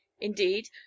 Indeed